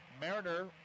Mariner